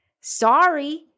Sorry